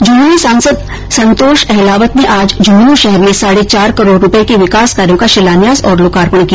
झुंझुनू सांसद संतोष अहलावत ने आज झुंझुनू शहर में साढे चार करोड़ रूपए के विकास कार्यों का शिलान्यास और लोकार्पण किया